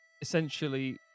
essentially